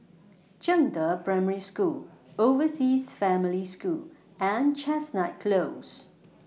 Zhangde Primary School Overseas Family School and Chestnut Close